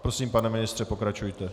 Prosím, pane ministře, pokračujte.